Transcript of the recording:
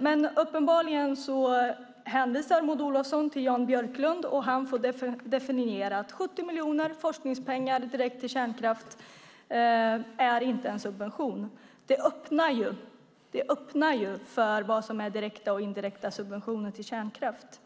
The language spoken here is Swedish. Men uppenbarligen hänvisar Maud Olofsson till Jan Björklund, som får definiera att 70 miljoner i forskningspengar direkt till kärnkraft inte är en subvention. Det öppnar för frågan om vad som är direkta och indirekta subventioner till kärnkraft.